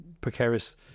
precarious